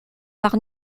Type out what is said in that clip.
par